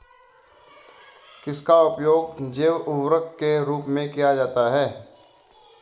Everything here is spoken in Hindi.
किसका उपयोग जैव उर्वरक के रूप में किया जाता है?